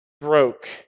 broke